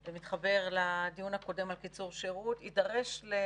זה מתחבר לדיון הקודם על קיצור שירות למיטב